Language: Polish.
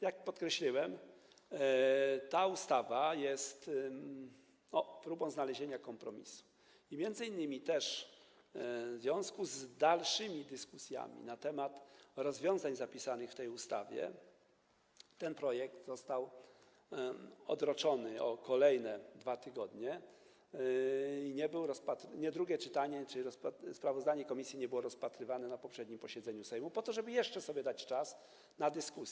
Jak podkreśliłem, ta ustawa jest próbą znalezienia kompromisu i m.in. też w związku z dalszymi dyskusjami na temat rozwiązań zapisanych w tej ustawie ten projekt został odroczony o kolejne 2 tygodnie i drugie czytanie, czyli sprawozdanie komisji, nie odbyło się na poprzednim posiedzeniu Sejmu, po to żeby jeszcze sobie dać czas na dyskusje.